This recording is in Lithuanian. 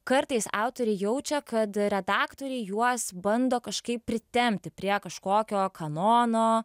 kartais autoriai jaučia kad redaktoriai juos bando kažkaip pritempti prie kažkokio kanono